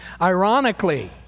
Ironically